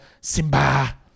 Simba